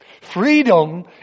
Freedom